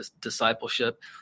discipleship